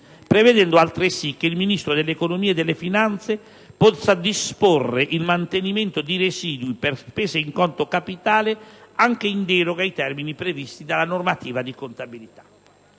prevedendo altresì che il Ministro dell'economia e delle finanze possa disporre il mantenimento di residui per spese in conto capitale anche in deroga ai termini previsti dalla normativa di contabilità.